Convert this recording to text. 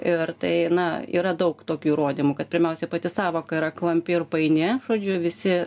ir tai na yra daug tokių įrodymų kad pirmiausiai pati sąvoka yra klampi ir paini žodžiu visi